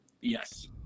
Yes